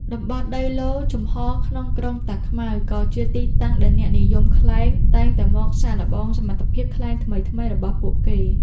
តំបន់ដីឡូតិ៍ចំហរក្នុងក្រុងតាខ្មៅ ក៏ជាទីតាំងដែលអ្នកនិយមខ្លែងតែងតែមកសាកល្បងសមត្ថភាពខ្លែងថ្មីៗរបស់ពួកគេ។